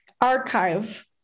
archive